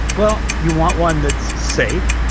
well, you want one that's safe.